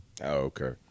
okay